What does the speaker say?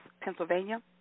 Pennsylvania